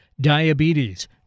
diabetes